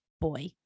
boy